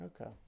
Okay